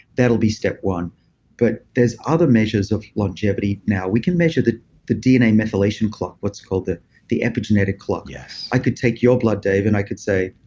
that'll be step one point but there's other measures of longevity now. we can measure the the dna methylation clock, what's called the the epigenetic clock yes i could take your blood, dave and i could say,